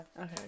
Okay